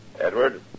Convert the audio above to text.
Edward